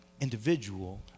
individual